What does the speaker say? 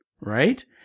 right